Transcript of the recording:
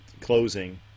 closing